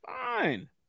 Fine